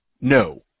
No